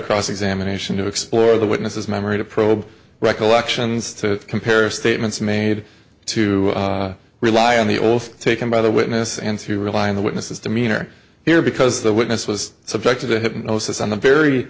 cross examination to explore the witnesses memory to probe recollections to compare statements made to rely on the old taken by the witness and to rely on the witnesses demeanor there because the witness was subjected to hypnosis on the very